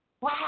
Wow